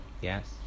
Yes